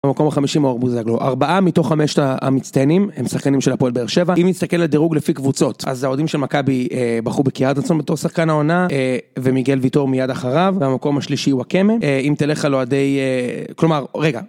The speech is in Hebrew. במקום החמישי מאור בוזגלו, ארבעה מתוך חמשת המצטיינים הם שחקנים של הפועל באר שבע. אם נסתכל לדירוג לפי קבוצות, אז האוהדים של מכבי בחרו בקיארטנסון בתור שחקן העונה ומיגל ויטור מיד אחריו, והמקום השלישי הוא ואקמה אם תלך על אוהדי... כלומר, רגע